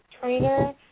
trainer